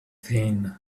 thin